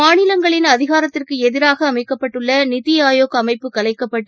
மாநிலங்களின் அதிகாரத்திற்குஎதிராகஅமைக்கப்பட்டுள்ளநிதிஆயோக் அமைப்பு கலைக்கப்பட்டு